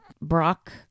Brock